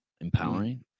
empowering